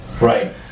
Right